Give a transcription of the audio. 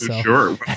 Sure